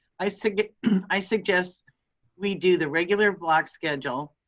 i suggest i suggest we do the regular block schedule,